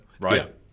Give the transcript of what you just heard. right